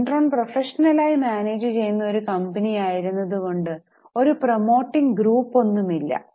Enron പ്രൊഫഷണലായി മാനേജുചെയ്യുന്ന ഒരു കമ്പനിയായിരുന്നതു കൊണ്ട് ഒരു പ്രോമോട്ടിങ് ഗ്രൂപ്പ് ഒന്നും ഇല്ല